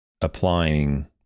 applying